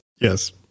Yes